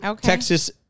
Texas